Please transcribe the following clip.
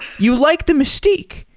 you like the mystique.